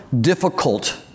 difficult